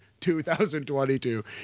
2022